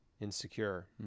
insecure